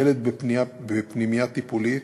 ילד בפנימייה טיפולית,